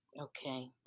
Okay